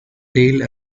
tail